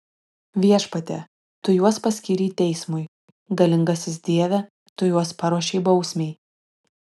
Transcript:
viešpatie tu juos paskyrei teismui galingasis dieve tu juos paruošei bausmei